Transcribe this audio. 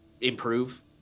improve